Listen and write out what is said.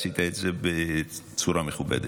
עשית את זה בצורה מכובדת.